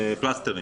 פלסטרים.